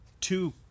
two